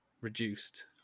reduced